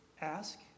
ask